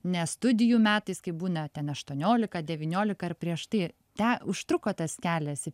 ne studijų metais kai būna ten aštuoniolika devyniolika ar prieš tai te užtruko tas kelias į